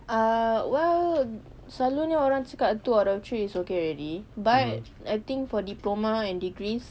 uh well selalunya orang cakap two out of three is okay already but I think for diploma and degrees